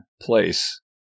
place